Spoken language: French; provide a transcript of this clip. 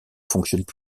fonctionnent